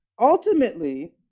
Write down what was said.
Ultimately